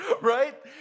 Right